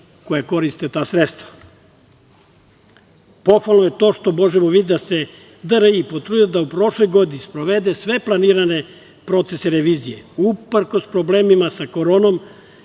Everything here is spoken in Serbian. koji koriste ta sredstva. Pohvalno je to što možemo videti da se DRI potrudio da u prošloj godini sprovede sve planirane procese revizije, uprkos problemima sa koronom,